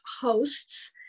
hosts